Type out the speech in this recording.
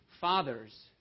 Fathers